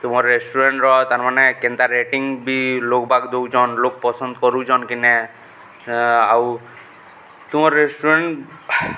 ତୁମର୍ ରେଷ୍ଟୁରଣ୍ଟ୍ର ତାର୍ମାନେ କେନ୍ତା ରେଟିଂ ବି ଲୋକ୍ବାକ୍ ଦଉଚନ୍ ଲୋକ୍ ପସନ୍ଦ୍ କରୁଚନ୍ କି ନେଇ ଆଉ ତୁମର୍ ରେଷ୍ଟୁରାଣ୍ଟ୍